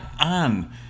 on